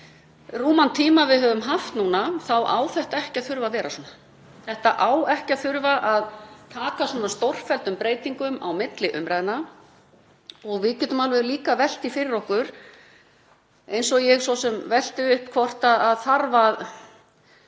rúman tíma við höfum haft núna þá á þetta ekki að þurfa að vera svona. Þetta á ekki að þurfa að taka stórfelldum breytingum á milli umræðna. Við getum líka alveg velt því fyrir okkur, eins og ég hef svo sem velt upp, hvort í fyrsta